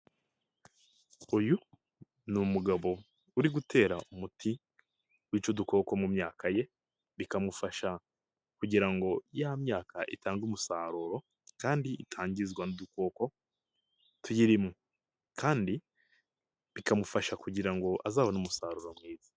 Uyu ni umugabo, uri gutera umuti, wica udukoko mu myaka ye, bikamufasha kugira ngo ya myaka itange umusaruro, kandi itangizwa n'udukoko tuyirimo, kandi bikamufasha kugira ngo azabone umusaruro.